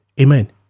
Amen